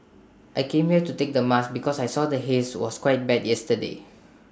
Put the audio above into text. I came here to take the mask because I saw the haze was quite bad yesterday